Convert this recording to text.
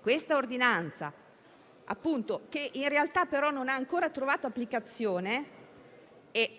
Questa ordinanza, in realtà, non ha ancora trovato applicazione.